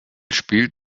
spielt